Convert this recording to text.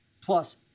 Plus